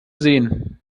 sehen